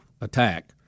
attack